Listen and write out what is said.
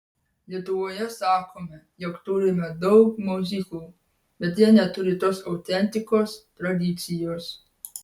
lietuvoje sakome jog turime daug miuziklų bet jie neturi tos autentikos tradicijos